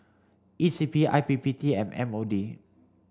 E C P I P P T and M O D